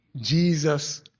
Jesus